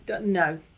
No